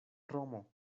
romo